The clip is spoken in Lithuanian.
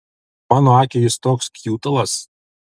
mano akiai jis toks kjutalas